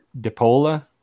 Depola